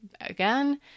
again